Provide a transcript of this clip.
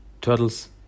turtles